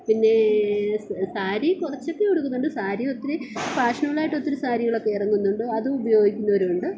പിന്നെ സാരി കുറച്ചൊക്കെ ഉടുക്കുന്നുണ്ട് സാരി ഒത്തിരി ഫാഷനബിളായിട്ടൊത്തിരി സാരികളൊക്കെ ഇറങ്ങുന്നുണ്ട് അത് ഉപയോഗിക്കുന്നവരുണ്ട്